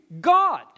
God